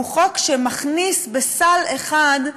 הוא חוק שמכניס בסל אחד,